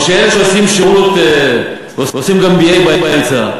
או אלה שעושים שירות ועושים גם BA באמצע.